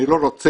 אני לא רוצה